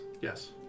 Yes